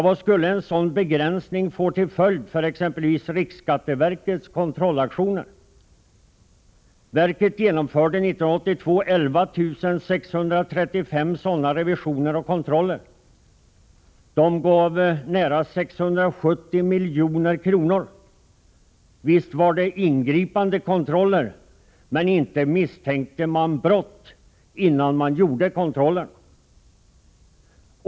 Vad skulle en sådan begränsning få för följder exempelvis när det gäller riksskatteverkets kontrollaktioner? 1982 genomförde verket 11 635 sådana revisioner och kontroller. De gav nära 670 milj.kr. Visst var det ingripande kontroller, men inte misstänkte man brott innan man gjorde kontrollen.